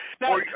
now